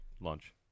lunch